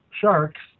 sharks